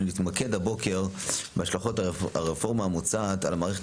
נתמקד הבוקר בהשלכות הרפורמה המוצעת על מערכת